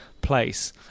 place